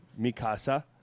Mikasa